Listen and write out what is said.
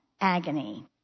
agony